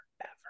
forever